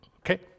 okay